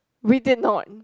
we did not